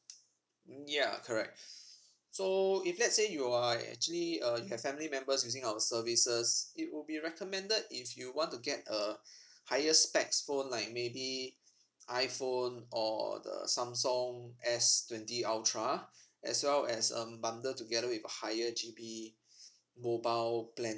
ya correct so if let's say you are actually uh you have family members using our services it will be recommended if you want to get a higher specs phone like maybe iphone or the samsung S twenty ultra as well as um bundle together with a higher G B mobile plans